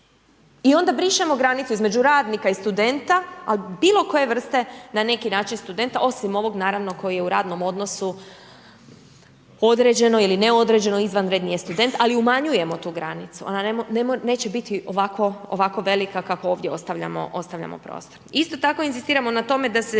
i onda brišemo granicu između radnika i studenta, a bilo koje vrste na neki način studenta, osim ovog naravno koji je u radnom odnosu, određeno ili neodređeno, izvanredni je student ali umanjujemo tu granicu, ona neće biti ovako velika kako ovdje ostavljamo, ostavljamo prostor. Isto tako inzistiramo na tome da se